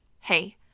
hey